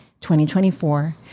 2024